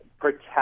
protect